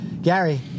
Gary